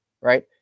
right